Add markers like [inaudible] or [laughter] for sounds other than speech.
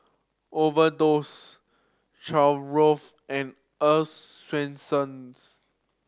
Overdose [unintelligible] and Earl's Swensens